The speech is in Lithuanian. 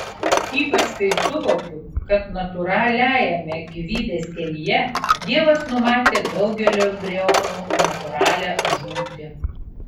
ypač kai suvokiu kad natūraliajame gyvybės kelyje dievas numatė daugelio embrionų natūralią žūtį